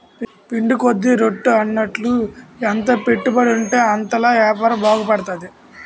పిండి కొద్ది రొట్టి అన్నట్టు ఎంత పెట్టుబడుంటే అంతలా యాపారం బాగుపడతది